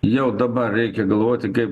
jau dabar reikia galvoti kaip